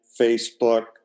Facebook